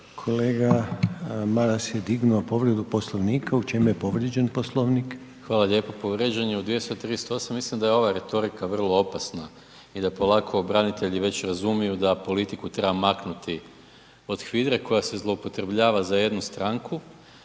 Kolega Maras je dignuo povredu Poslovnika. U čemu je povrijeđen Poslovnik? **Maras, Gordan (SDP)** Hvala lijepo. Povrijeđen je u 238. mislim da je ova retorika vrlo opasna i da polako branitelji već razumiju da politiku treba maknuti od HVIDRA-e koja se zloupotrebljava za jednu stranku.